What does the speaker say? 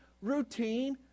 routine